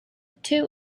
two